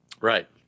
Right